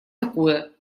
такое